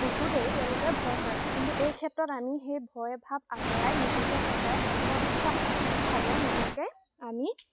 উঠোঁতেই তেওঁলোকে ভয় কৰে কিন্তু এই ক্ষেত্ৰত আমি সেই ভয় ভাৱ আঁতৰাই নিজকে সদায় আত্মবিশ্বাসভাৱে নিজকে আমি